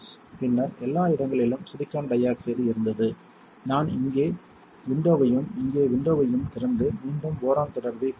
பின்னர் எல்லா இடங்களிலும் சிலிக்கான் டை ஆக்சைடு இருந்தது நான் இங்கே விண்டோவையும் இங்கே விண்டோவையும் திறந்து மீண்டும் போரான் தொடர்பைப் பரப்பினேன்